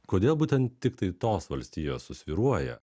kodėl būtent tiktai tos valstijos susvyruoja